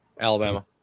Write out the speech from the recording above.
Alabama